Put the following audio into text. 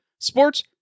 Sports